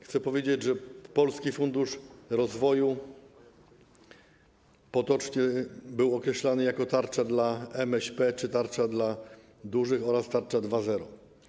Chcę powiedzieć, że Polski Fundusz Rozwoju potocznie był określany jako tarcza dla MŚP czy tarcza dla dużych oraz tarcza 2.0.